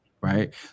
Right